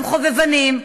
הם חובבנים.